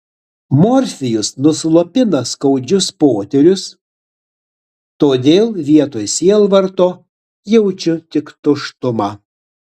morfijus nuslopina skaudžius potyrius todėl vietoj sielvarto jaučiu tik tuštumą